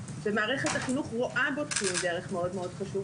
ומערכת החינוך רואה בו ציון דרך מאד מאד חשוב,